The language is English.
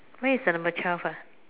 where is your number twelve ah